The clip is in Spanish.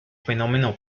fenómeno